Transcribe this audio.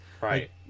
right